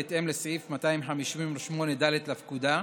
בהתאם לסעיף 258(ד) לפקודה,